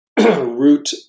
root